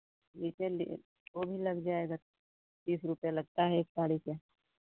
वो भी लग जाएगा तीस रुपैया लगता है एक साड़ी के